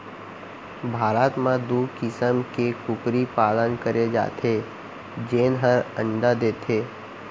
भारत म दू किसम के कुकरी पालन करे जाथे जेन हर अंडा देथे